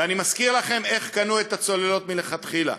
ואני מזכיר לכם איך קנו את הצוללות מלכתחילה: